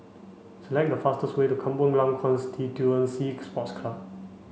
select the fastest way to Kampong Glam Constituency Sports Club